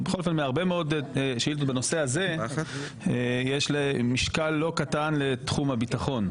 מהרבה מאוד שאילתות בנושא הזה יש משקל לא קטן לתחום הביטחון.